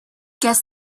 guess